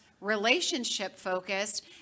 relationship-focused